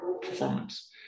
performance